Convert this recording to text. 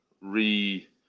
re